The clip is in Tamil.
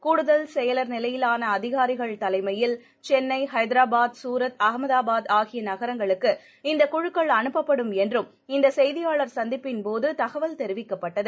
கூடுதல் செயல் நிலையிலான அதிகாரிகள் தலைமையில் சென்னை ஹைதராபாத் சூரத் அகமதாபாத் ஆகிய நகரங்களுக்கு இந்த குழுக்கள் அனுப்பப்படும் என்றும் இந்த செய்தியாளர் சந்திப்பின்போது தகவல் தெரிவிக்கப்பட்டது